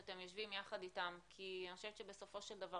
שאתם יושבים יחד אתם כי אני חושבת שבסופו של דבר,